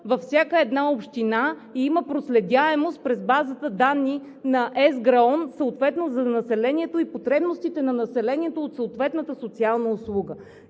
във всяка една община и има проследяемост през базата данни на ЕСГРАОН, съответно за населението и потребностите на населението от съответната социална услуга.